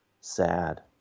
sad